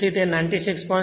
તેથી તે 96